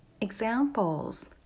Examples